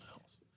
else